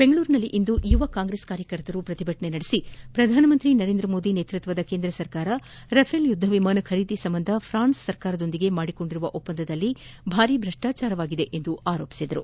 ಬೆಂಗಳೂರಿನಲ್ಲಿಂದು ಯುವ ಕಾಂಗ್ರೆಸ್ ಕಾರ್ಯಕರ್ತರು ಪ್ರತಿಭಟನೆ ನಡೆಸಿ ಪ್ರಧಾನಮಂತ್ರಿ ನರೇಂದ್ರಮೋದಿ ನೇತೃತ್ವದ ಕೇಂದ್ರಸರ್ಕಾರ ರಾಫೆಲ್ ಯುದ್ದ ವಿಮಾನ ಖರೀದಿ ಸಂಬಂಧ ಪ್ರಾನ್ಸ್ ಸರ್ಕಾರದೊಂದಿಗೆ ಮಾಡಿಕೊಂಡಿರುವ ಒಪ್ಪಂದದಲ್ಲಿ ಭಾರೀ ಭ್ರಷ್ಟಾಚಾರವಾಗಿದೆ ಎಂದು ಆರೋಪಿಸಿದರು